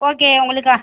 okay உங்களுக்கு